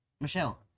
Michelle